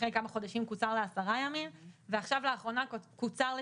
אחרי כמה חודשים קוצר לעשרה ימים ועכשיו לאחרונה קוצר,